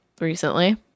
recently